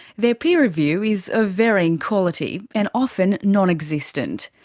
their peer review is of varying quality and often non-existent.